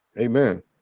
amen